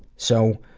so,